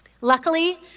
Luckily